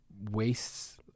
wastes